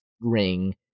ring